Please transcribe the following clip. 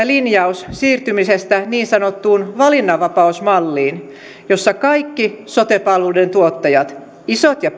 linjaus siirtymisestä niin sanottu valinnanvapausmalliin jossa kaikki sote palveluiden tuottajat isot ja